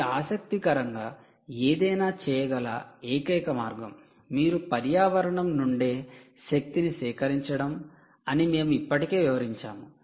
మీరు ఆసక్తికరంగా ఏదైనా చేయగల ఏకైక మార్గం మీరు పర్యావరణం నుండే శక్తిని సేకరించడం అని మేము ఇప్పటికే వివరించాము